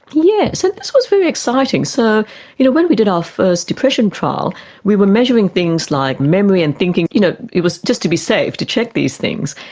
yes, and this was very exciting. so you know when we did our first depression trial we were measuring things like memory and thinking, you know, it was just to be safe, to check these things.